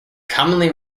commonly